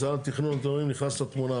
משרד התיכנון אתם אומרים נכנס לתמונה,